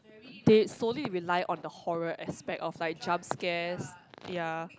they solely rely on the horror aspect of like jump scares ya